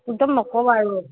একদম নক'বা আৰু